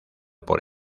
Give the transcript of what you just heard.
por